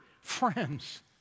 Friends